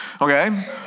Okay